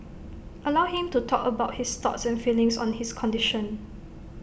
allow him to talk about his thoughts and feelings on his condition